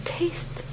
taste